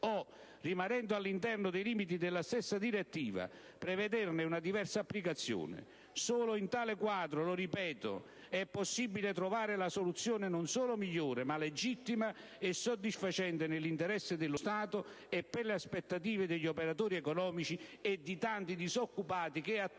rimanendo all'interno dei limiti della stessa direttiva, prevederne una diversa applicazione. Solo in tale quadro - lo ripeto - è possibile trovare la soluzione non solo migliore, ma legittima e soddisfacente nell'interesse dello Stato e per le aspettative degli operatori economici e di tanti disoccupati che attendono,